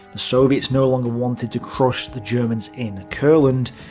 the soviets no longer wanted to crush the germans in courland,